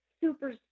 super